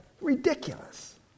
Ridiculous